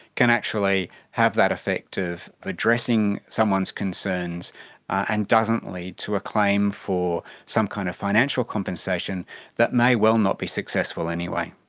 can actually have that effect of addressing someone's concerns and doesn't lead to a claim for some kind of financial compensation that may well not be successful anyway.